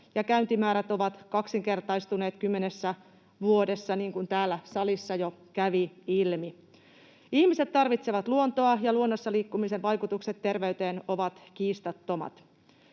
käyntimäärät ovat kaksinkertaistuneet kymmenessä vuodessa, niin kuin täällä salissa jo kävi ilmi. Ihmiset tarvitsevat luontoa, ja luonnossa liikkumisen vaikutukset terveyteen ovat kiistattomat.